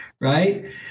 right